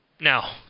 Now